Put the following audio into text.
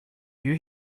you